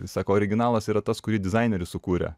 sako originalas yra tas kurį dizaineris sukūrė